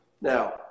Now